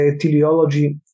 teleology